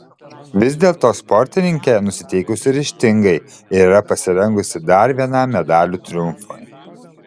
vis dėlto sportininkė nusiteikusi ryžtingai ir yra pasirengusi dar vienam medalių triumfui